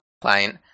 client